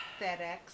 fedex